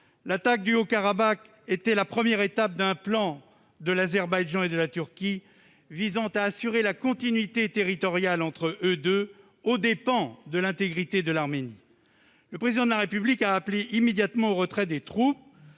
l'attaque du Haut-Karabagh était la première étape d'un plan de l'Azerbaïdjan et de la Turquie visant à établir une continuité territoriale entre eux aux dépens de l'intégrité de l'Arménie. Le Président de la République a immédiatement appelé au retrait des troupes